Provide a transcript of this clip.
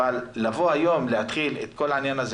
אבל לבוא היום ולהתחיל את כל העניין הזה